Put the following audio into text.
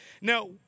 Now